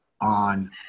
On